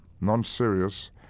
non-serious